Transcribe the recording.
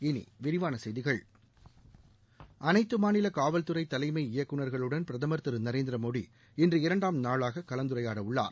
இனி விரிவான செய்திகள் அனைத்து மாநில காவல்துறை தலைமை இயக்குநர்களுடன் பிரதமர் திரு நரேந்திர மோடி இன்று இரண்டாம் நாளாக கலந்துரையாட உள்ளார்